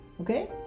Okay